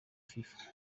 fifa